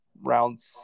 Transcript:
round